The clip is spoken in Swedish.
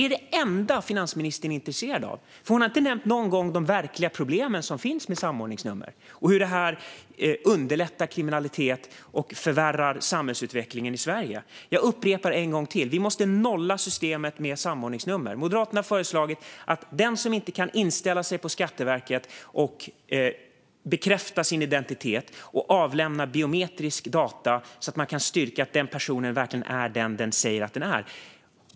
Är detta det enda som finansministern är intresserad av? Hon har nämligen inte någon gång nämnt de verkliga problem som finns med samordningsnummer och hur de underlättar kriminalitet och förvärrar samhällsutvecklingen i Sverige. Jag upprepar en gång till: Vi måste nolla systemet med samordningsnummer. Moderaterna har föreslagit att en person måste inställa sig på Skatteverket och bekräfta sin identitet och avlämna biometriska data så att det går att styrka att denna person verkligen är den person som den säger att den är.